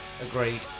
agreed